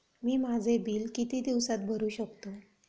मी माझे बिल किती दिवसांत भरू शकतो?